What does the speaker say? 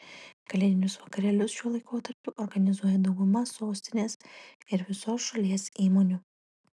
kalėdinius vakarėlius šiuo laikotarpiu organizuoja dauguma sostinės ir visos šalies įmonių